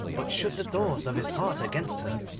but shut the doors of his heart against her,